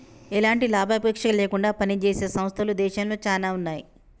ఎలాంటి లాభాపేక్ష లేకుండా పనిజేసే సంస్థలు దేశంలో చానా ఉన్నాయి